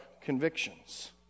convictions